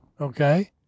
okay